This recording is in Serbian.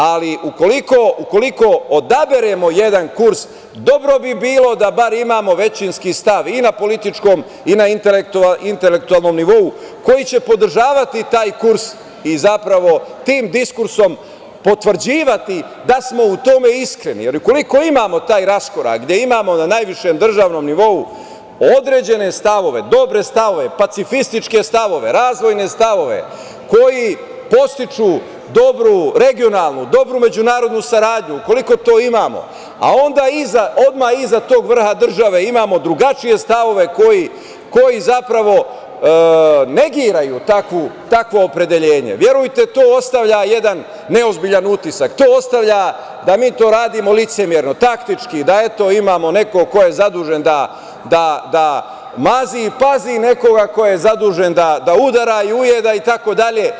Ali ukoliko odaberemo jedan kurs dobro bi bilo da bar imamo većinski stav i na političkom i na intelektualnom nivou koji će podržavati taj kurs i zapravo tim diskursom potvrđivati da smo u tome iskreni, jer ukoliko imamo taj raskorak gde imamo na najvišem državnom nivou određene stavove, dobre stavove, pacifističke stavove, razvojne stavove, koji podstiču dobru regionalnu, dobru međunarodnu saradnju, ukoliko to imamo, a onda odmah iza tog vrha države imamo drugačije stavove koji zapravo negiraju takvo opredeljenje verujte to ostavlja jedan neozbiljan utisak, to ostavlja da mi to radimo licemerno, taktički, da imamo nekog ko je zadužen da mazi i pazi nekoga, ko je zadužen da udara i ujeda itd.